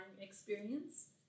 experience